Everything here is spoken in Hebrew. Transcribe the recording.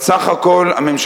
מה עם החוקים הגזעניים?